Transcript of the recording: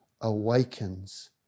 awakens